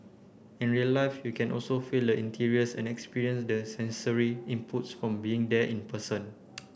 in real life you can also feel the interiors and experience the sensory inputs from being there in person